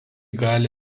gali